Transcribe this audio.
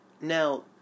now